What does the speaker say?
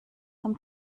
zum